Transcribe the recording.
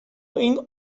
این